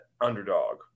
underdog